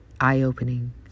eye-opening